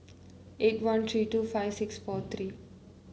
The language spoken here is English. eight one three two five six four three